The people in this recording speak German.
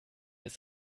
ist